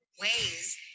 ways